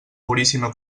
puríssima